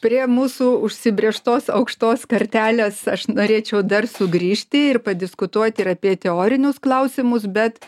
prie mūsų užsibrėžtos aukštos kartelės aš norėčiau dar sugrįžti ir padiskutuoti ir apie teorinius klausimus bet